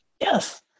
Yes